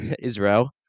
Israel